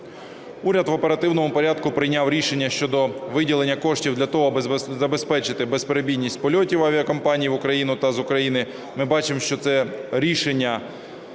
Уряд в оперативному порядку прийняв рішення щодо виділення коштів для того, аби забезпечити безперебійність польотів авіакомпаній в Україну та з України. Ми бачимо, що це рішення